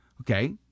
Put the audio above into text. Okay